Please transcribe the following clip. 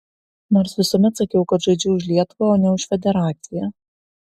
nors visuomet sakiau kad žaidžiu už lietuvą o ne už federaciją